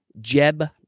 Jeb